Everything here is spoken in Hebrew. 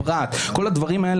פרט כל הדברים האלה,